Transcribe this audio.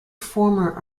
former